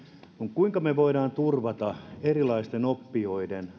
kuinka me voimme turvata erilaisten oppijoiden